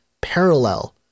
parallel